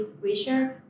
research